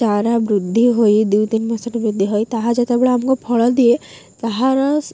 ଚାରା ବୃଦ୍ଧି ହୋଇ ଦୁଇ ତିନି ମାସଟେ ବୃଦ୍ଧି ହୋଇ ତାହା ଯେତେବେଳେ ଆମକୁ ଫଳ ଦିଏ ତାହାର